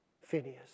Phineas